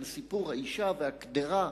של סיפור האשה והקדרה,